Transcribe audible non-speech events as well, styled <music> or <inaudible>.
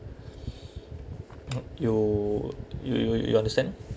<breath> <noise> you you you you understand